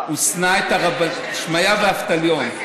שמעיה ואבטליון,